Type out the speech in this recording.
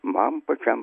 man pačiam